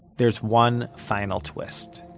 there's one final twist.